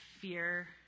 fear